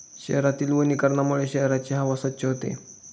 शहरातील वनीकरणामुळे शहराची हवा स्वच्छ होते